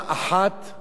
שהיא קשה מאוד,